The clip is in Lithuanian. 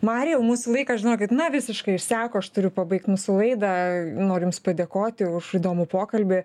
marijau mūsų laikas žinokit na visiškai išseko aš turiu pabaigt mūsų laida noriu jums padėkoti už įdomų pokalbį